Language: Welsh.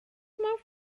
mor